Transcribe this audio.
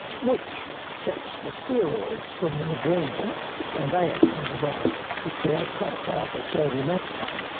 which sets the steroids from the adrenal and they act on the brain to create quite a powerful sodium appetite.